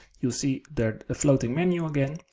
you'll see that a floating menu again.